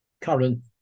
current